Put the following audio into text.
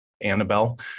Annabelle